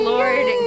Lord